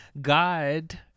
God